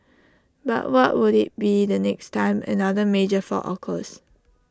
but what would IT be the next time another major fault occurs